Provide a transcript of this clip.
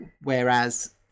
Whereas